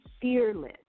fearless